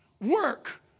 work